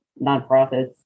nonprofits